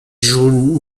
joue